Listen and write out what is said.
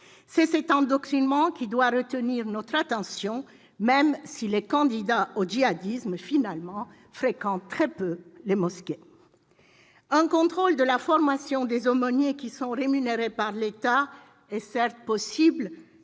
C'est cet endoctrinement qui doit retenir notre attention, même si les candidats au djihadisme, finalement, fréquentent très peu les mosquées. Un contrôle de la formation des aumôniers, qui sont rémunérés par l'État, est certes possible